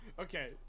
Okay